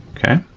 okay.